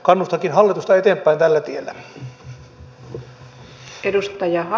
kannustankin hallitusta eteenpäin tällä tiellä